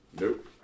Nope